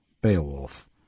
Beowulf